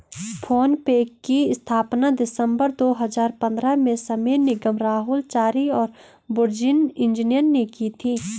phone पे की स्थापना दिसंबर दो हजार पन्द्रह में समीर निगम, राहुल चारी और बुर्जिन इंजीनियर ने की थी